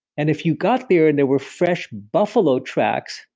and if you got there, and there were fresh buffalo tracks,